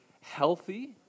healthy